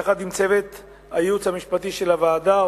יחד עם צוות הייעוץ המשפטי של הוועדה,